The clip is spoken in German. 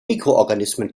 mikroorganismen